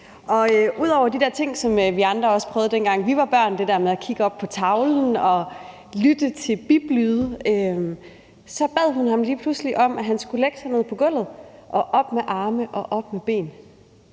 de der ting, som vi andre også prøvede, dengang vi var børn, f.eks. det der med at kigge op på tavlen og lytte til biplyde, bad hun ham lige pludselig om, at han skulle lægge sig ned på gulvet og have armene og benene